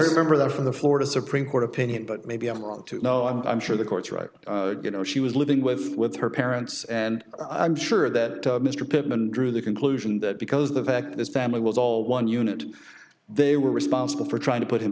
remember that from the florida supreme court opinion but maybe i'm wrong to know and i'm sure the courts right you know she was living with with her parents and i'm sure that mr pittman drew the conclusion that because the fact this family was all one unit they were responsible for trying to put him